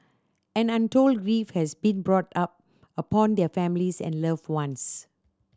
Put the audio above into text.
and untold grief has been brought upon their families and loved ones